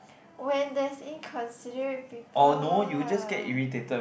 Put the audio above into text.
when there's inconsiderate people lah